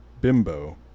bimbo